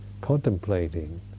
contemplating